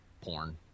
porn